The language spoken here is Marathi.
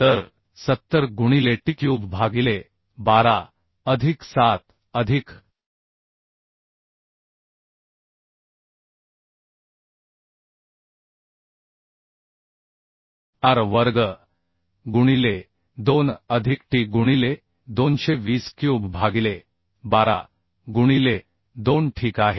तर 70 गुणिले t क्यूब भागिले 12 अधिक 7 अधिक आर वर्ग गुणिले 2 अधिक टी गुणिले 220 क्यूब भागिले 12 गुणिले 2 ठीक आहे